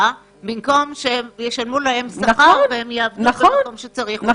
במקום שהם יעבדו כרופאים במקום שצריך אותם.